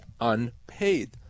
unpaid